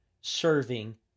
Serving